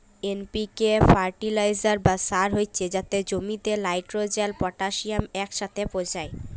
NPK fertiliser বা সার হছে যাতে জমিতে লাইটেরজেল, পটাশিয়াম ইকসাথে পৌঁছায়